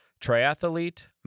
triathlete